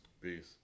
Peace